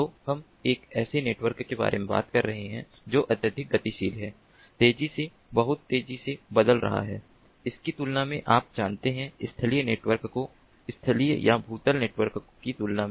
तो हम एक ऐसे नेटवर्क के बारे में बात कर रहे हैं जो अत्यधिक गतिशील है तेजी से बहुत तेजी से बदल रहा है इसकी तुलना में आप जानते हैं स्थलीय नेटवर्क को स्थलीय या भूतल नेटवर्क की तुलना में